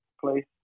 place